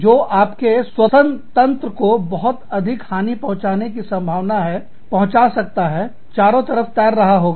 जो आपके श्वसन तंत्र को बहुत अधिक हानि पहुंचाने की संभावना है पहुंचा सकता है चारों तरफ तैर रहा होगा